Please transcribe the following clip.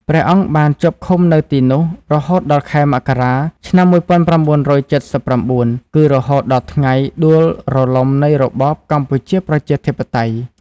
ព្រះអង្គបានជាប់ឃុំនៅទីនោះ រហូតដល់ខែមករា ឆ្នាំ១៩៧៩ គឺរហូតដល់ថ្ងៃដួលរលំនៃរបបកម្ពុជាប្រជាធិបតេយ្យ ។